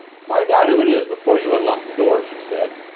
find out who it is before you unlock the door, she said.